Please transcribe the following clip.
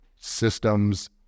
systems